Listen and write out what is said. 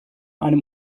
einem